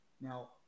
Now